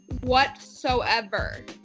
whatsoever